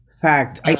fact